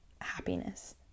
happiness